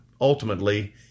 ultimately